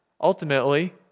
ultimately